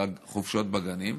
על החופשות בגנים,